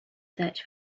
search